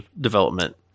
development